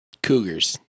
Cougars